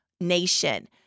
nation